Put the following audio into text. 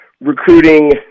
recruiting